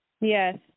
Yes